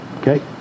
okay